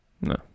No